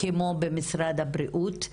כמו במשרד הבריאות.